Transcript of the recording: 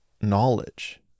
knowledge